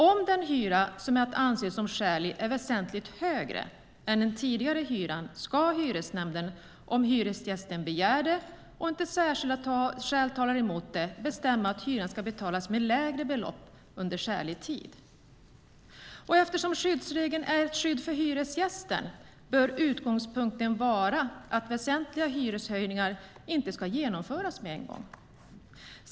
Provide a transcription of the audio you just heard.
Om den hyra som är att anse som skälig är väsentligt högre än den tidigare hyran ska hyresnämnden, om hyresgästen begär det och inte särskilda skäl talar emot det, bestämma att hyran ska betalas med lägre belopp under en skälig tid. Eftersom skyddsregeln är ett skydd för hyresgästen bör utgångspunkten vara att väsentliga hyreshöjningar inte ska genomföras med en gång.